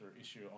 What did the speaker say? issue